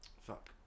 Fuck